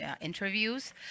interviews